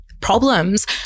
problems